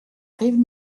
rive